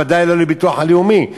ודאי לא לביטוח הלאומי,